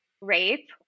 rape